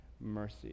mercy